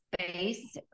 space